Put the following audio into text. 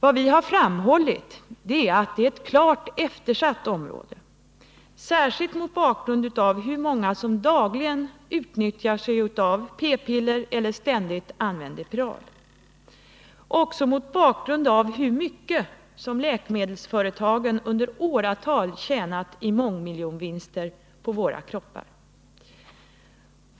Vad vi har framhållit är att det är ett klart eftersatt område, särskilt mot bakgrund av hur många som dagligen utnyttjar p-piller eller ständigt använder spiral och även mot bakgrund av de mångmiljonvinster som läkemedelsföretagen under åratal har gjort på våra kroppar.